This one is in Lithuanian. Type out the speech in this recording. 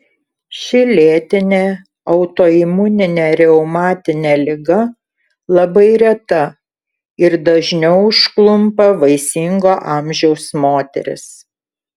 ši lėtinė autoimuninė reumatinė liga labai reta ir dažniau užklumpa vaisingo amžiaus moteris